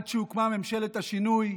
עד שהוקמה ממשלת השינוי,